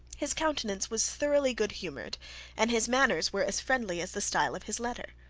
his countenance was thoroughly good-humoured and his manners were as friendly as the style of his letter.